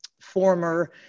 former